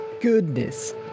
Goodness